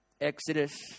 Exodus